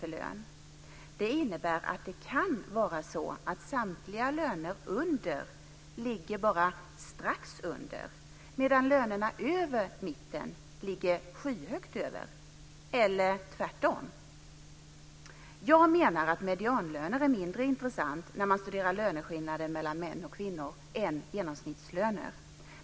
Det kan innebära att samtliga löner under ligger bara strax under medan lönerna över mitten ligger skyhögt över eller tvärtom. Jag menar att medianlöner är mindre intressant när man studerar löneskillnader mellan män och kvinnor än genomsnittslöner.